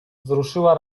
wzruszyła